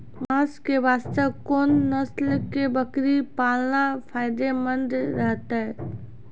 मांस के वास्ते कोंन नस्ल के बकरी पालना फायदे मंद रहतै?